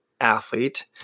athlete